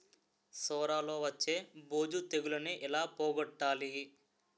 సొర లో వచ్చే బూజు తెగులని ఏల పోగొట్టాలి?